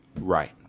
Right